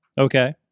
Okay